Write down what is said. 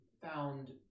found